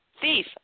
Thief